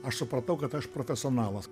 aš supratau kad aš profesionalas